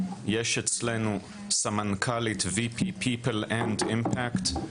יש אצלנו סמנכ"לית VP people and impact.